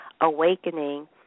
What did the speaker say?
awakening